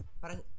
parang